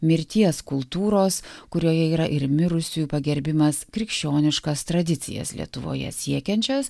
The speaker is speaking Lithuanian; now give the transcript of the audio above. mirties kultūros kurioje yra ir mirusiųjų pagerbimas krikščioniškas tradicijas lietuvoje siekiančias